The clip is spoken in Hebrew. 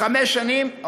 חמש שנים,